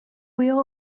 wheel